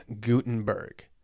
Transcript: Gutenberg